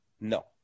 No